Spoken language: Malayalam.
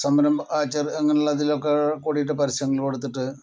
സംരംഭം ആ ചെറു അങ്ങനെയുള്ള ഇതിലൊക്കെ കൂടിയിട്ട് പരസ്യങ്ങൾ കൊടുത്തിട്ട്